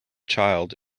child